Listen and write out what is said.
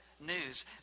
news